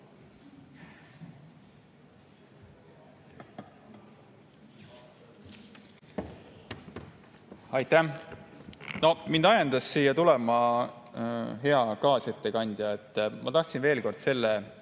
Aitäh! Mind ajendas siia tulema hea kaasettekandja. Ma tahtsin veel kord üle